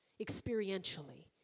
experientially